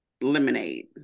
lemonade